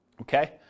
Okay